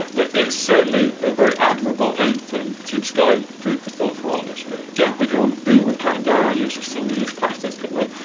but it is certainly a very admirable aim from team sky and food for thought for all of us really. yeah, we could all do with cutting down our use of single use plastics, couldn't we?